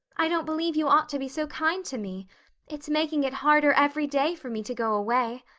i don't believe you ought to be so kind to me it's making it harder every day for me to go away.